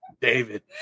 David